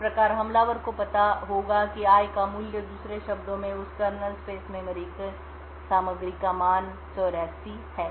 इस प्रकार हमलावर को पता होगा कि i का मूल्य दूसरे शब्दों में उस कर्नेल स्पेस मेमोरी की सामग्री का मान 84 है